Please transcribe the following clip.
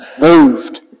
moved